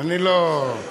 אני מתקן.